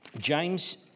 James